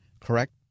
correct